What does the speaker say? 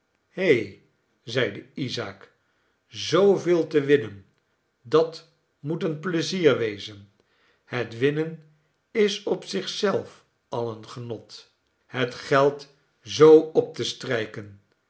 he zeide isaak zooveel te winnen dat moet een pleizier wezen het winnen is op zich zelf al een genot het geld zoo op te strijken